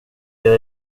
jag